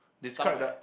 somewhere